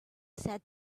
said